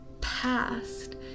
past